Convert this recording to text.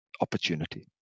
opportunity